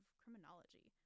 criminology